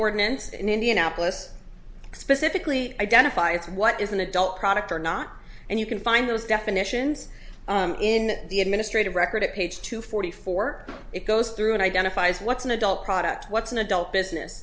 ordinance in indianapolis specifically identify it's what is an adult product or not and you can find those definitions in the administrative record at page two forty four it goes through and identifies what's an adult product what's an adult business